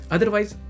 Otherwise